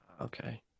Okay